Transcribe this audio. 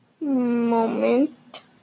moment